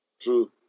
True